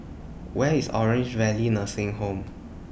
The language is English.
Where IS Orange Valley Nursing Home